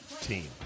team